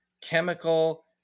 chemical